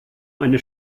eine